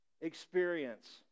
experience